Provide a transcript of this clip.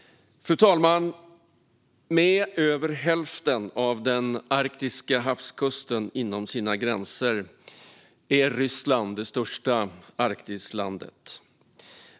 Fru talman! Med över hälften av den arktiska havskusten inom sina gränser är Ryssland det största Arktislandet.